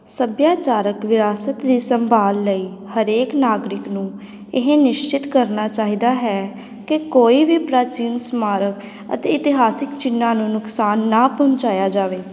ਸੱਭਿਆਚਾਰਕ ਵਿਰਾਸਤ ਦੀ ਸੰਭਾਲ ਲਈ ਹਰੇਕ ਨਾਗਰਿਕ ਨੂੰ ਇਹ ਨਿਸ਼ਚਿਤ ਕਰਨਾ ਚਾਹੀਦਾ ਹੈ ਕਿ ਕੋਈ ਵੀ ਪ੍ਰਾਚੀਨ ਸਮਾਰਕ ਅਤੇ ਇਤਿਹਾਸਿਕ ਚਿੰਨ੍ਹਾਂ ਨੂੰ ਨੁਕਸਾਨ ਨਾ ਪਹੁੰਚਾਇਆ ਜਾਵੇ